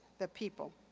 the people.